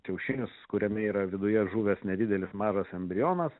kiaušinis kuriame yra viduje žuvęs nedidelis mažas embrionas